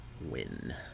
win